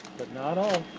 but not all.